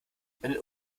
wenn